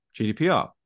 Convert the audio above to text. GDPR